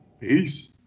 peace